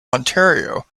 ontario